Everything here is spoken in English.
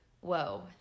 whoa